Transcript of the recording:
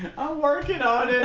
working on